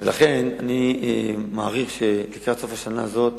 ולכן אני מעריך שלקראת סוף השנה הזאת